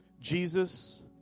Jesus